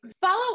follow